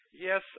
yes